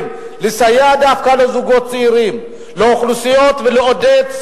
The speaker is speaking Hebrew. תקודם לאחר הקריאה הטרומית בתיאום עם הממשלה בלבד,